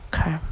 Okay